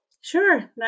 Sure